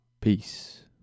Peace